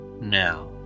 Now